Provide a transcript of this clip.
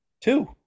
Two